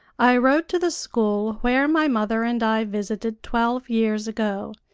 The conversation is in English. i wrote to the school where my mother and i visited twelve years ago,